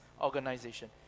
organization